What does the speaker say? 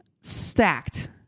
stacked